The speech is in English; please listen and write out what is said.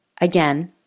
again